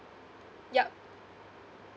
yup